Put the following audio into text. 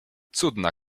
cudna